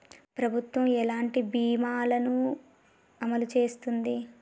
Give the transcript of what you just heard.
ప్రభుత్వం ఎలాంటి బీమా ల ను అమలు చేస్తుంది?